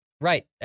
Right